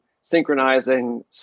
synchronizing